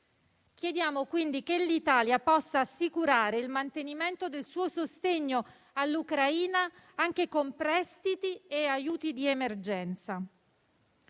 Chiediamo, quindi, che l'Italia possa assicurare il mantenimento del suo sostegno all'Ucraina anche con prestiti e aiuti di emergenza.